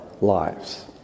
lives